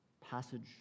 passage